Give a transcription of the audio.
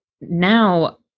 now